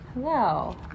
Hello